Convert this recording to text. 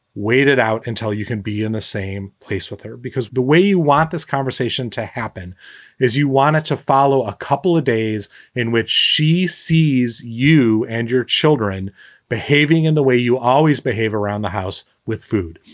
wait it out until you can be in the same place with her, because the way you want this conversation to happen is you want it to follow a couple of days in which she sees you and your children behaving in the way you always behave around the house with food,